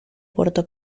puerto